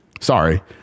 Sorry